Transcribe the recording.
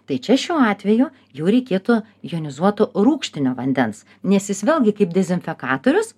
tai čia šiuo atveju jau reikėtų jonizuoto rūgštinio vandens nes jis vėlgi kaip dezinfekatorius